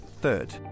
third